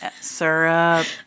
Syrup